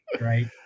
right